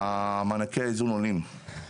מענקי האיזון עולים.